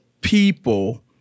people